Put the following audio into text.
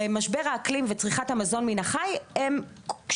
משרדי הממשלה השונים שהם רלוונטיים